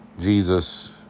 Jesus